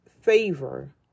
favor